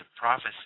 prophecy